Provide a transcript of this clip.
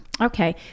Okay